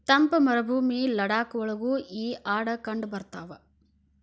ತಂಪ ಮರಭೂಮಿ ಲಡಾಖ ಒಳಗು ಈ ಆಡ ಕಂಡಬರತಾವ